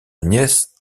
nièce